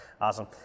Awesome